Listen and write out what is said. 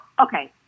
okay